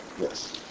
Yes